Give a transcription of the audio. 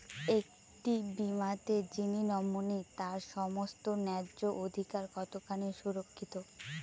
একটি বীমাতে যিনি নমিনি তার সমস্ত ন্যায্য অধিকার কতখানি সুরক্ষিত?